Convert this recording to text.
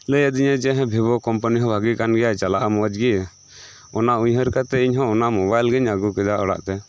ᱞᱟᱹᱭ ᱟᱹᱫᱤᱧᱟᱭ ᱡᱮ ᱦᱮᱸ ᱵᱷᱤᱵᱤ ᱠᱚᱢᱯᱟᱱᱤ ᱦᱚᱸ ᱵᱷᱟᱜᱮ ᱠᱟᱱᱜᱮᱭᱟ ᱪᱟᱞᱟᱜᱼᱟ ᱢᱚᱸᱡᱽ ᱜᱮ ᱚᱱᱟ ᱩᱭᱦᱟᱹᱨ ᱠᱟᱛᱮᱫ ᱤᱧᱦᱚ ᱚᱱᱟ ᱢᱳᱵᱟᱭᱤᱞᱜᱤᱧ ᱟᱹᱜᱩ ᱠᱮᱫᱟ ᱚᱲᱟᱜ ᱛᱮ